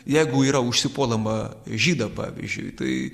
jeigu yra užsipuolama žydą pavyzdžiui tai